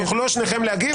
תוכלו שניכם להגיב,